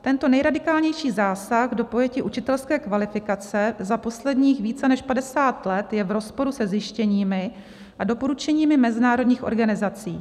Tento nejradikálnější zásah do pojetí učitelské kvalifikace za posledních více než padesát let je v rozporu se zjištěními a doporučeními mezinárodních organizací.